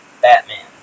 Batman